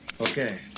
Okay